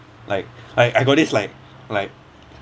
like like I got this like like